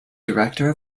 director